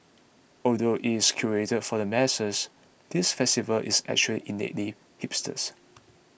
although it is curated for the masses this festival is actually innately hipsters